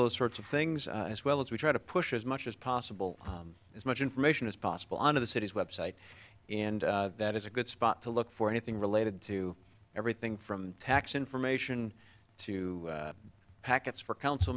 those sorts of things as well as we try to push as much as possible as much information as possible out of the city's website and that is a good spot to look for anything related to everything from tax information to packets for council